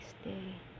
stay